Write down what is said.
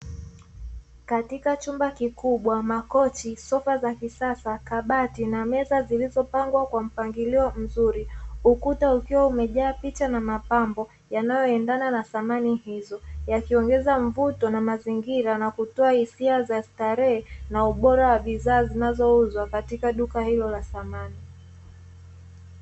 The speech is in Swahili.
Katika chumba kikubwa makochi, sofa za kisasa, kabati na meza zilizopangwa kwa mpangilio mzuri, ukuta ukiwa umejaa picha na mapambo yanayoendana na samani hizo yakiongeza mvuto na mazingira na kutoa hisia za starehe na ubora wa bidhaa zinazouzwa katika duka hilo la samani.